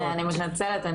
אני מתנצלת,